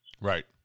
Right